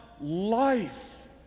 life